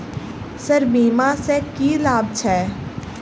Sir बीमा सँ की लाभ छैय?